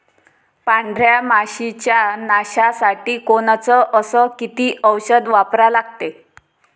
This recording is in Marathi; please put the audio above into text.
पांढऱ्या माशी च्या नाशा साठी कोनचं अस किती औषध वापरा लागते?